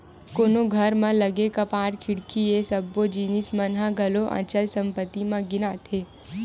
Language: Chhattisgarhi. कोनो घर म लगे कपाट, खिड़की ये सब्बो जिनिस मन ह घलो अचल संपत्ति म गिनाथे